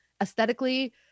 aesthetically